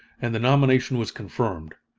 and the nomination was confirmed.